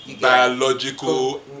biological